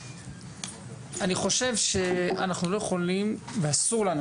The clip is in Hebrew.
אני חושב שאנחנו לא יכולים ואסור לנו